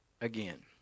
again